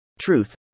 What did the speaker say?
Truth